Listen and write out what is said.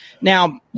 Now